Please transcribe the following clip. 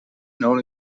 known